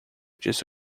disse